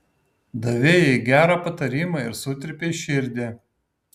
davei jai gerą patarimą ir sutrypei širdį